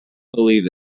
believe